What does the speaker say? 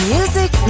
Music